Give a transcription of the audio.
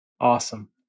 Awesome